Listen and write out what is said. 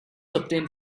obtained